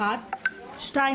את מי